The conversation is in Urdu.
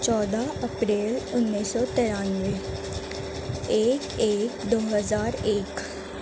چودہ اپریل انیس سو ترانوے ایک ایک دو ہزار ایک